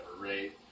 right